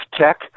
Tech